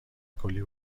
کلی